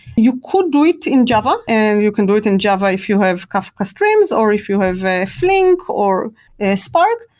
you could do it in java and you can do it in java if you have kafka streams or if you have flink or ah spark,